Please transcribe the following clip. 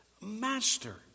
Master